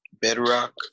bedrock